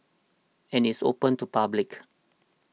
and it's open to public